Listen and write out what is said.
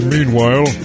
Meanwhile